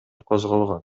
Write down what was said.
козголгон